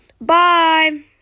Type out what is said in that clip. Bye